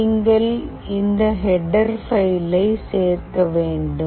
நீங்கள் இந்த ஹெடர் பைலை சேர்க்க வேண்டும்